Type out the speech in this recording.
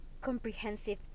comprehensive